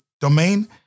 domain